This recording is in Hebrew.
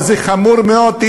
אבל זה חמור מאוד,